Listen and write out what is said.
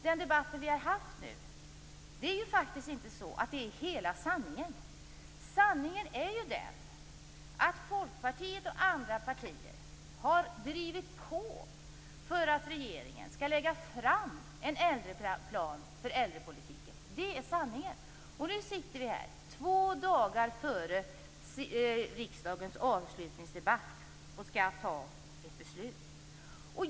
Den debatt vi har haft nu är faktiskt inte hela sanningen. Sanningen är ju den att Folkpartiet och andra partier har drivit på för att regeringen skall lägga fram en äldreplan för äldrepolitiken. Det är sanningen. Nu sitter vi här två dagar före riksdagens avslutningsdebatt och skall fatta beslut.